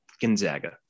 Gonzaga